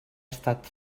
estat